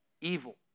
evil